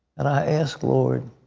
and i ask, lord,